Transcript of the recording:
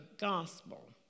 gospel